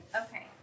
Okay